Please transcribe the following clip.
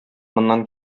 моннан